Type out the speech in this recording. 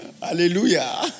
Hallelujah